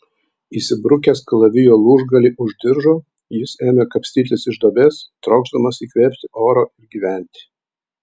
įsibrukęs kalavijo lūžgalį už diržo jis ėmė kapstytis iš duobės trokšdamas įkvėpti oro ir gyventi